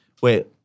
wait